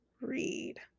read